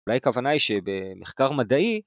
אולי הכוונה היא שבמחקר מדעי...